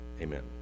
amen